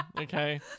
okay